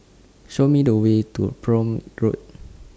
Show Me The Way to Prome Road